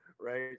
right